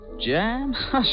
Jam